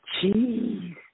Jeez